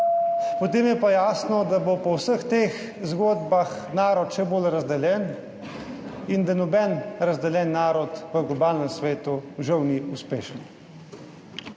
potem je pa jasno, da bo po vseh teh zgodbah narod še bolj razdeljen in da noben razdeljen narod v globalnem svetu žal ni uspešen.